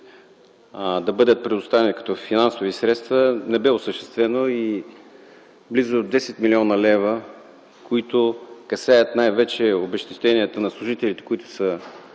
да бъдат предоставени като финансови средства, не бе осъществено и близо 10 млн. лв., които касаят най-вече обезщетенията на служителите, които са